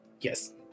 yes